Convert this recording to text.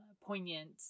poignant